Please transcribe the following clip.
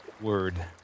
word